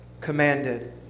commanded